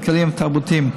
כלכליים ותרבותיים.